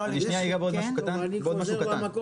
לא על --- אני אגע בעוד משהו קטן.